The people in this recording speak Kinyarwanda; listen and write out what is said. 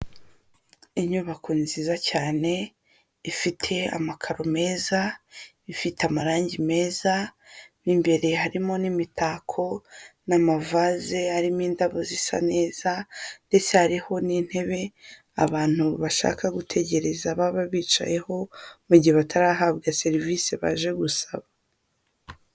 Inyubako nziza cyane, ifite amakaro meza, ifite amarangi meza, mo imbere harimo n'imitako n'amavase harimo indabo zisa neza, ndetse hariho n'intebe abantu bashaka gutegereza baba bicayeho, mu gihe batarahabwa serivisi baje gusaba.